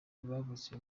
bavutse